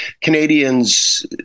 Canadians